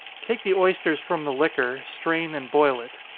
take the oysters from the liquor, strain and boil it.